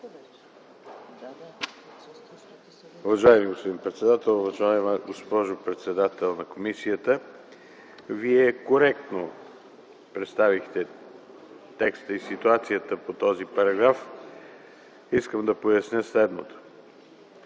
Вие коректно представихте текста и ситуацията по този параграф. Искам да поясня следното.